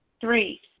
Three